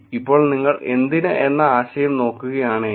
ഇപ്പോൾ നിങ്ങൾ എന്തിന് എന്ന ആശയം നോക്കുകയാണെങ്കിൽ